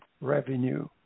revenue